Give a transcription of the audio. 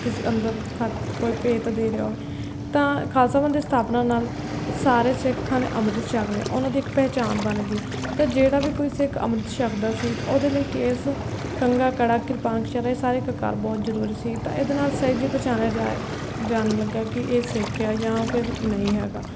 ਕਿਸੇ ਅੰਦਰ ਖਾਤ ਕੋਈ ਭੇਤ ਦੇ ਰਿਹਾ ਹੋਵੇ ਤਾਂ ਖਾਲਸਾ ਪੰਥ ਦੀ ਸਥਾਪਨਾ ਨਾਲ ਸਾਰੇ ਸਿੱਖਾਂ ਨੇ ਅੰਮ੍ਰਿਤ ਛੱਕ ਲਿਆ ਉਨ੍ਹਾਂ ਦੀ ਇੱਕ ਪਹਿਚਾਣ ਬਣ ਗਈ ਅਤੇ ਜਿਹੜਾ ਵੀ ਕੋਈ ਸਿੱਖ ਅੰਮ੍ਰਿਤ ਛੱਕਦਾ ਸੀ ਤਾਂ ਉਹਦੇ ਲਈ ਕੇਸ ਕੰਘਾ ਕੜਾ ਕਿਰਪਾਨ ਕਛਹਿਰਾ ਇਹ ਸਾਰੇ ਕਕਾਰ ਬਹੁਤ ਜ਼ਰੂਰੀ ਸੀ ਤਾਂ ਇਹਦੇ ਨਾਲ ਸਹਿਜੇ ਪਛਾਣਿਆ ਜਾਏ ਜਾਣ ਲੱਗਾ ਕਿ ਇਹ ਸਿੱਖ ਆ ਜਾਂ ਫਿਰ ਨਹੀਂ ਹੈਗਾ